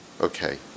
Okay